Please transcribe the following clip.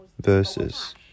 verses